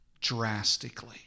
drastically